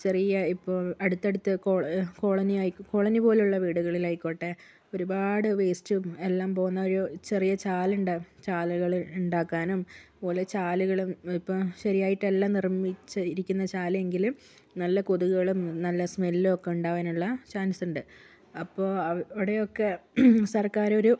ചെറിയ ഇപ്പോൾ അടുത്തടുത്ത് കോളനി പോലുള്ള വീടുകളിലായിക്കോട്ടെ ഒരുപാട് വേസ്റ്റും എല്ലാം പോകുന്നൊരു ചെറിയ ചാലുണ്ടാവും ചാലുകളുണ്ടാക്കാനും അതുപോലെ ചാലുകളും ഇപ്പം ശരിയായിട്ടല്ല നിർമ്മിച്ചിരിക്കുന്ന ചാലെങ്കിലും നല്ല കൊതുകുകളും നല്ല സ്മെല്ലും ഒക്കെ ഉണ്ടാവാനുള്ള ചാൻസുണ്ട് അപ്പോൾ അവിടെയൊക്കെ സർക്കാർ ഒരു